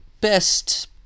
best